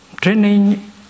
training